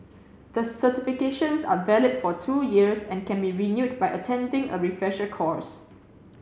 the certifications are valid for two years and can be renewed by attending a refresher course